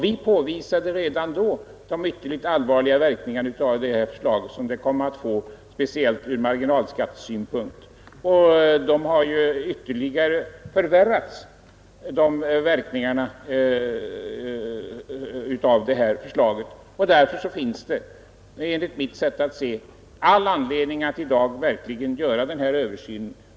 Vi påvisade redan då de ytterligt allvarliga verkningar som detta förslag skulle komma att få, speciellt ur marginalskattesynpunkt. Verkningarna av detta förslag har ytterligare förvärrats. Därför finns det enligt mitt sätt att se all anledning att i dag verkligen göra en översyn.